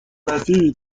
وزیری